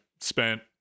spent